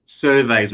surveys